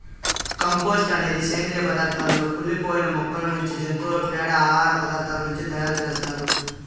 compost అనేది సేంద్రీయ పదార్థాల కుళ్ళి పోయిన మొక్కల నుంచి, జంతువుల పేడ, ఆహార పదార్థాల నుంచి తయారు చేత్తారు